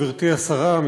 גברתי השרה,